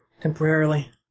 Temporarily